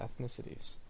ethnicities